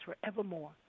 forevermore